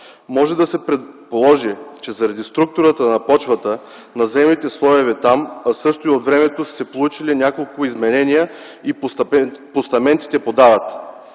Може да се предположи, че заради структурата на почвата, на земните слоеве там, а също и от времето са се получили няколко изменения и постаментите подават.